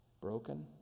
Broken